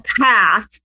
path